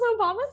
Obama